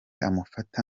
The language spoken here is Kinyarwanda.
amufata